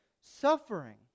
Suffering